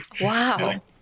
Wow